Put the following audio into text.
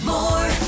More